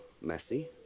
messy